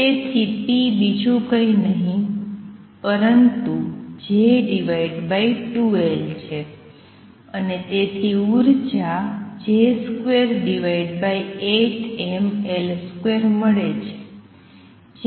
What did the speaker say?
તેથી p બીજું કઈ નહીં પણ J2L છે અને તેથી ઉર્જા J28mL2 મળે છે